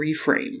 reframe